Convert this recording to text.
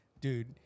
Dude